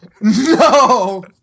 no